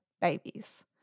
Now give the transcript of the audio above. babies